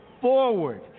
forward